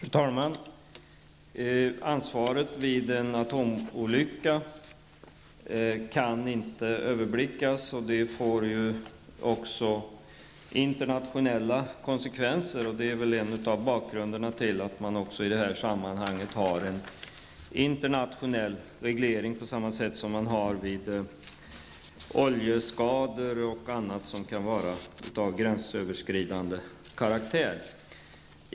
Fru talman! Ansvaret vid en atomolycka kan inte överblickas, och det får även internationella konsekvenser. Det faktumet är en del av bakgrunden till att man i detta sammanhang har en internationell reglering på samma sätt som för oljeskador och annat som kan vara av gränsöverskridande karaktär.